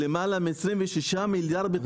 של למעלה מ-26 מיליארד ₪ בתכנית החומש.